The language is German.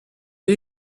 wir